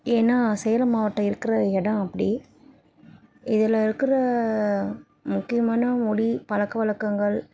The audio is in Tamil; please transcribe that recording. ஏன்னால் சேலம் மாவட்டம் இருக்கிற இடம் அப்படி இதில் இருக்கிற முக்கியமான மொழி பழக்க வழக்கங்கள்